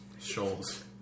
Shoals